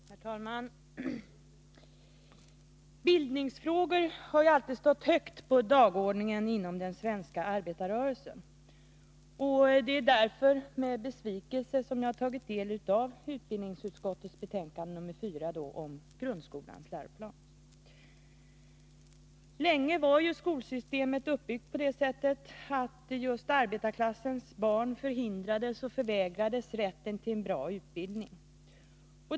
Herr talman! Bildningsfrågor har alltid stått högt på dagordningen inom den svenska arbetarrörelsen. Det är därför med besvikelse som jag tagit del av utbildningsutskottets betänkande nr 4 om grundskolans läroplan. Länge var ju skolsystemet uppbyggt på det sättet att just arbetarklassens barn förhindrades och förvägrades rätten till en bra utbildning.